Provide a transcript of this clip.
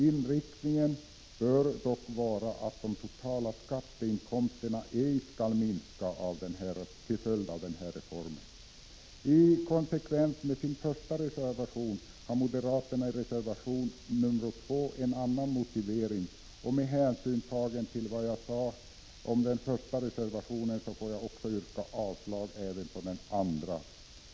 Inriktningen bör dock vara att de totala skatteinkomsterna ej skall minska till följd av reformen. I konsekvens med sin första reservation har moderaterna i reservation 2 en annan motivering, och med hänsyn tagen till vad jag sade om den första reservationen får jag yrka avslag även på denna.